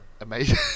Amazing